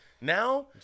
Now